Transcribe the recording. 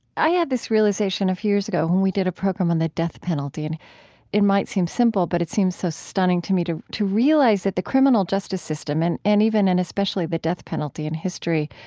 i had this realization a few years ago when we did a program on the death penalty. it might seem simple but it seems so stunning to me to to realize that the criminal justice system, and and even, and especially, the death penalty in history,